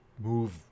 move